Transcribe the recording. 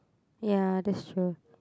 ya that's true